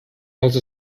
also